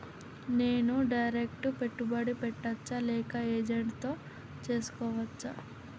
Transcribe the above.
నేను డైరెక్ట్ పెట్టుబడి పెట్టచ్చా లేక ఏజెంట్ తో చేస్కోవచ్చా?